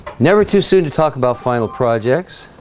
never too soon to talk about final projects